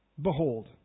Behold